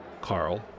Carl